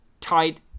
tight